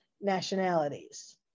nationalities